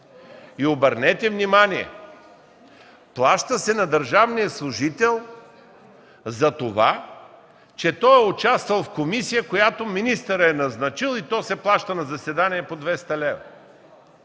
Обърнете внимание – плаща се на държавния служител за това, че е участвал в комисия, която министърът е назначил, и то се плаща на заседание по 200 лв.!